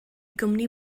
gwmni